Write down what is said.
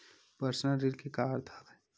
Personal ऋण के का अर्थ हवय?